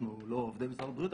אנחנו לא עובדי משרד הבריאות.